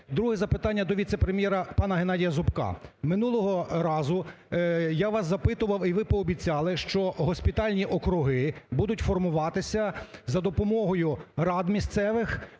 Друге запитання до віце-прем'єра пана Геннадія Зубка. Минулого разу я вас запитував і ви пообіцяли, що госпітальні округи будуть формуватися за допомогою рад місцевих